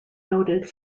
noted